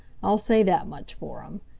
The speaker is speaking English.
i'll say that much for him.